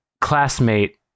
classmate